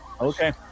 Okay